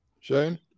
Shane